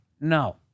No